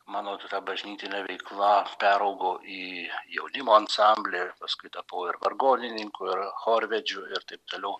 mano ta bažnytinė veikla peraugo į jaunimo ansamblį paskui tapau ir vargonininku ir chorvedžiu ir taip toliau